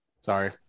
sorry